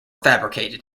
fabricated